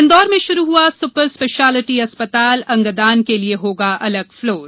इंदौर में शुरू हुआ सुपर स्पेशलिटी अस्पताल अंगदान के लिए होगा अलग फ्लोर